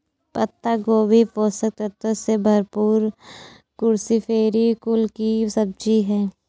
पत्ता गोभी पोषक तत्वों से भरपूर क्रूसीफेरी कुल की सब्जी है